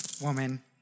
woman